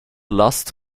last